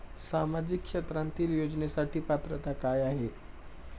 सामाजिक क्षेत्रांतील योजनेसाठी पात्रता काय आहे?